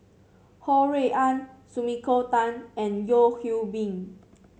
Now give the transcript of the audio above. Ho Rui An Sumiko Tan and Yeo Hwee Bin